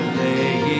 lay